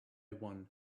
one